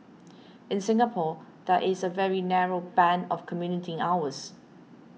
in Singapore there is a very narrow band of commuting hours